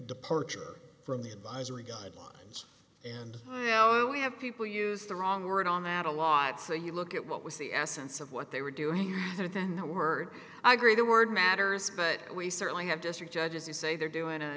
departure from the advisory guidelines and high i we have people use the wrong word on mad a lot so you look at what was the essence of what they were doing rather than the word i agree the word matters but we certainly have district judges who say they're doing a